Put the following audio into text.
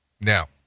Now